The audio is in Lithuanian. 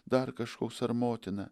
dar kažkoks ar motina